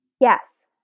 Yes